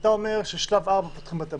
אומר ששלב 4 זה פתיחת בתי